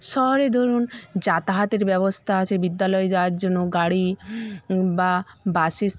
শহরে ধরুন যাতাহাতের ব্যবস্থা আছে বিদ্যালয়ে যাওয়ার জন্য গাড়ি বা বাসেস